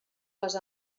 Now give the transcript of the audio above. les